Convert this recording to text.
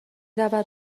رود